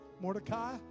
Mordecai